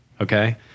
okay